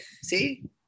See